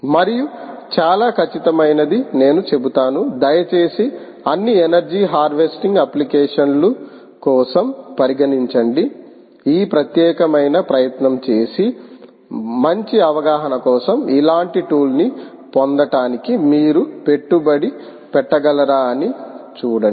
మరియు చాలా ఖచ్చితమైనది నేను చెబుతాను దయచేసి అన్ని ఎనర్జీ హార్వెస్టింగ్ అప్లికేషన్స్ల కోసం పరిగణించండి ఈ ప్రత్యేకమైన ప్రయత్నం చేసి మంచి అవగాహన కోసం ఇలాంటి టూల్ ని పొందటానికి మీరు పెట్టుబడి పెట్టగలరా అని చూడండి